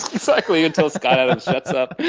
exactly, until scott adams shuts up.